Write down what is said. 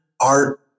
art